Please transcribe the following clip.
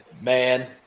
man